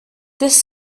this